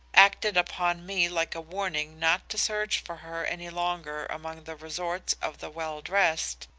acted upon me like a warning not to search for her any longer among the resorts of the well-dressed,